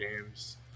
games